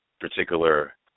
particular